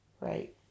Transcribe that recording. Right